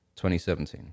2017